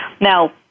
Now